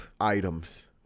items